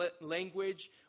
language